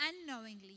unknowingly